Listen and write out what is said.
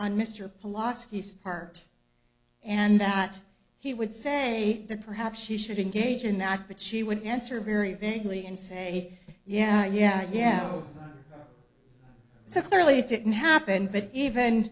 and mr polaski sparked and that he would say that perhaps she should engage in that bitchy wooden answer very vaguely and say yeah yeah yeah so clearly it didn't happen but even